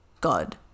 God